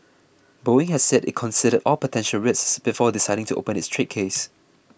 Boeing has said it considered all potential risks before deciding to open its trade case